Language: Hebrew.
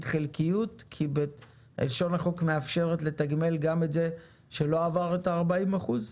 חלקיות כי לשון החוק מאפשרת לתגמל גם את זה שלא עבר את 40%?